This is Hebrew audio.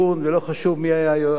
ולא חשוב מי היה היושב-ראש,